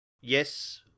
Yes